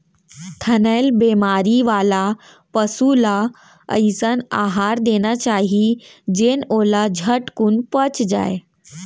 थनैल बेमारी वाला पसु ल अइसन अहार देना चाही जेन ओला झटकुन पच जाय